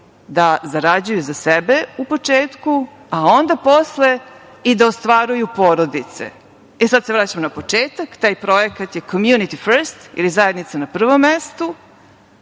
da zarađuju za sebe u početku, a onda posle i da ostvaruju porodice. Sad se vraćam na početak. Taj projekat je „Community first“ ili zajednica na prvom mestu.